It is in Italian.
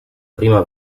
prima